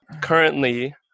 currently –